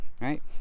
right